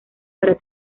para